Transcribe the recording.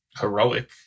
heroic